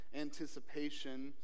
anticipation